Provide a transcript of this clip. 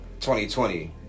2020